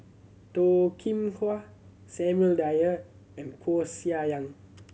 Toh Kim Hwa Samuel Dyer and Koeh Sia Yong